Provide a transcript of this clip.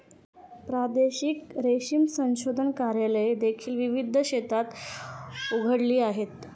प्रादेशिक रेशीम संशोधन कार्यालये देखील विविध क्षेत्रात उघडली आहेत